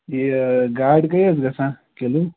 یہِ گاڈٕ کٔہۍ حظ گژھان کِلوٗ